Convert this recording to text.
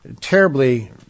terribly